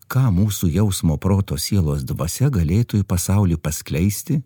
ką mūsų jausmo proto sielos dvasia galėtų į pasaulį paskleisti